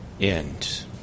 end